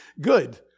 good